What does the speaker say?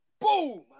Boom